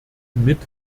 mit